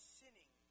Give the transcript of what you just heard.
sinning